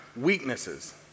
weaknesses